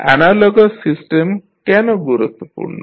analogous system কেন গুরুত্বপূর্ণ